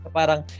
parang